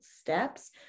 steps